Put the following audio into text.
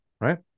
Right